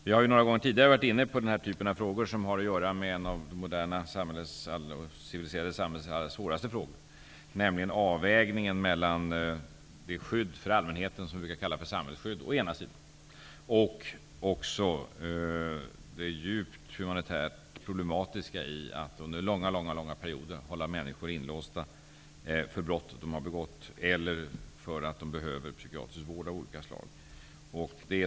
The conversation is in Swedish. Vi har några gånger tidigare varit inne på den här typen av frågor som har att göra med det moderna, civiliserade samhällets allra svåraste frågor, nämligen avvägningen mellan å ena sidan det skydd för allmänheten som vi brukar kalla för samhällsskydd och å andra sidan det djupt humanitärt problematiska i att under långa, långa perioder hålla människor inlåsta för brott de har begått eller därför att de behöver psykiatrisk vård av olika slag.